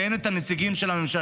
ואין את הנציגים של הממשלה.